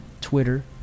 Twitter